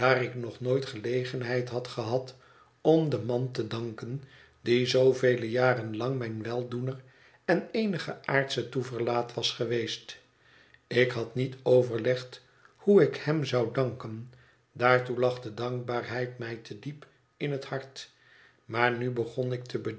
nog nooit gelegenheid had gehad om den man te danken die zoovele jaren lang mijn weldoener en eenige aardsche toeverlaat was geweest ik had niet overlegd hoe ik hem zou danken daartoe lag de dankbaarheid mij te diep in het hart maar nu begon ik te